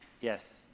Yes